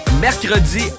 Mercredi